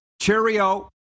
Cheerio